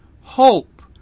hope